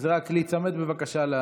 רק להיצמד לטקסט, בבקשה.